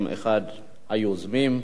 גם אחד היוזמים,